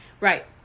Right